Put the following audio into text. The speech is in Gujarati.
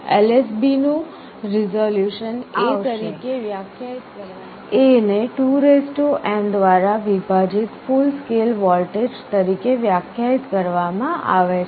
LSB નું રિઝોલ્યુશન A તરીકે વ્યાખ્યાયિત કરવામાં આવશે A ને 2n દ્વારા વિભાજિત ફુલ સ્કેલ વોલ્ટેજ તરીકે વ્યાખ્યાયિત કરવામાં આવે છે